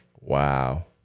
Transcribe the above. Wow